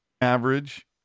average